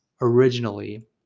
originally